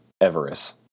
Everest